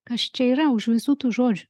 kas čia yra už visų tų žodžių